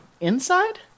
Inside